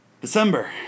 December